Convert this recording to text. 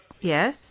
Yes